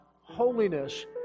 holiness